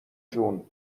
جون